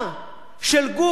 בוודאי כמו חברת "כלל",